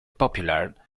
popular